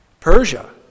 Persia